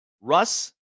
Russ